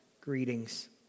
greetings